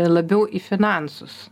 labiau į finansus